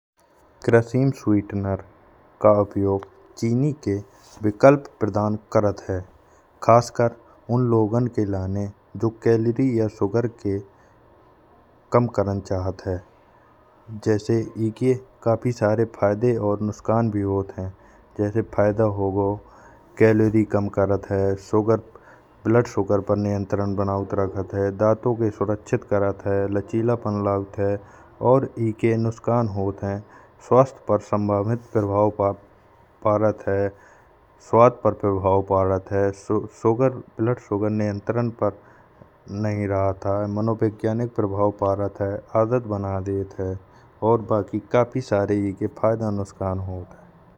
क्रासीम स्वीटनर का उपयोग चीनी के विकल्प प्रदान करत है। खासकर उन लोगन के लिए जो कैलोरी और शुगर के कम करन चाहत हैं। जैसे इसके काफी सारे फायदे और नुकसान भी होत हैं जैसे फायदा हो गयो कैलोरी कम करत है। शुगर ब्लड शुगर पर नियंत्रण बनाय राखत है दांतों के सुरक्षित करत है। लचीला पन लावत है और इसके नुकसान होत हैं। स्वास्थ पर संभावित प्रभाव परात है। ब्लड शुगर नियंत्रण पर नहीं रहत आय। मनोवैज्ञानिक प्रभाव परात है, आदत बना देत है और बाकी काफी सारे इसके फायदा नुकसान होत हैं।